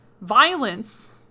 Violence